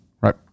right